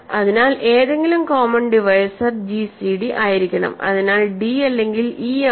അതിനാൽ ഏതെങ്കിലും common divisor gcd ആയിരിക്കണം അതിനാൽ d അല്ലെങ്കിൽ e ആണ്